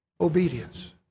obedience